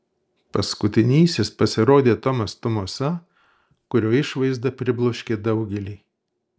paskutinysis pasirodė tomas tumosa kurio išvaizda pribloškė daugelį